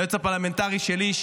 ליועץ הפרלמנטרי שלי,